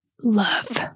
love